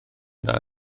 dda